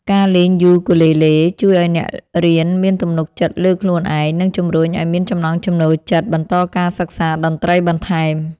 ការលេងយូគូលេលេជួយឲ្យអ្នករៀនមានទំនុកចិត្តលើខ្លួនឯង និងជំរុញឲ្យមានចំណង់ចំណូលចិត្តបន្តការសិក្សាតន្ត្រីបន្ថែម។